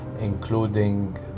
including